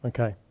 Okay